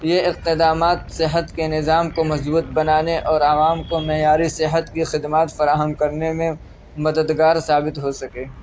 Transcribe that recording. یہ اقتدامات صحت کے نظام کو مضبوط بنانے اور عوام کو معیاری صحت کی خدمات فراہم کرنے میں مددگار ثابت ہو سکے